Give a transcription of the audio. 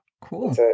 Cool